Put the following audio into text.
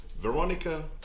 Veronica